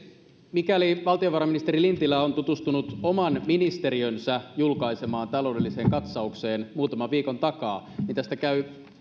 mikäli valtiovarainministeri lintilä on tutustunut oman ministeriönsä julkaisemaan taloudelliseen katsaukseen muutaman viikon takaa niin tästä käy